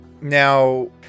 Now